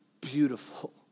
beautiful